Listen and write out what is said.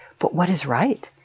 but what is right,